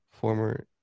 former